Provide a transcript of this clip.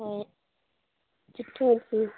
हय चिटकी मिटकी